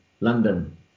London